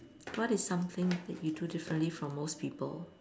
what is something that you do differently from most people